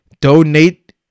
donate